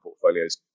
portfolios